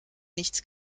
nichts